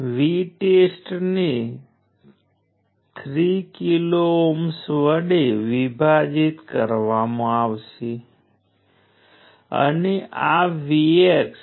હવે પાવરનો યુનિટ તમે જાણો છો તે વોટ્સ છે અને 1 વોટ બરાબર 1 જુલ પ્રતિ 1 સેકન્ડ છે